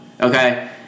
okay